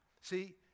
See